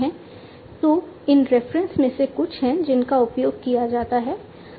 तो ये इन रेफरेंसेस में से कुछ हैं जिनका उपयोग किया जाता है